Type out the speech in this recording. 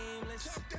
nameless